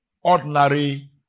Ordinary